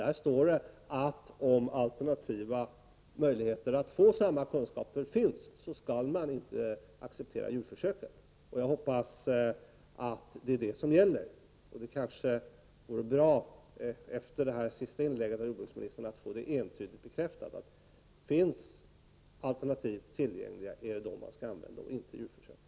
Där står det, att om det finns alternativa möjligheter att få samma kunskaper, skall djurförsök inte accepteras. Jag hoppas att det är det som gäller. Det vore kanske bra, efter det senaste inlägget av jordbruksministern, att få entydigt bekräftat att djurförsök inte skall användas om det finns alternativ tillgängliga.